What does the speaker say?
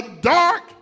dark